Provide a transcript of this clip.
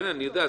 אני יודע.